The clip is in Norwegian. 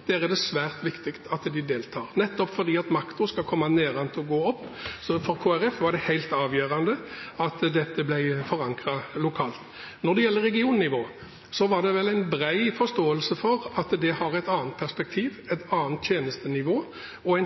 der de lever, der de skal få utført sine tjenester, er det svært viktig at man får delta, nettopp fordi makten skal komme nedenfra og gå oppover. For Kristelig Folkeparti var det helt avgjørende at dette ble forankret lokalt. Når det gjelder regionnivået, var det vel en bred forståelse at det har et annet perspektiv, et annet tjenestenivå – og